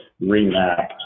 remap